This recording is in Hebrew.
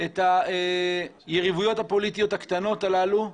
את היריבויות הפוליטיות הקטנות הללו,